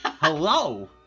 Hello